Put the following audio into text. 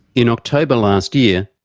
in october last year,